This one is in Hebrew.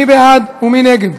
מי בעד ומי נגד?